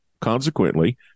consequently